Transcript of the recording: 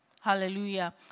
Hallelujah